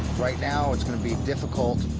right now, it's going to be difficult,